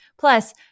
Plus